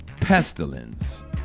pestilence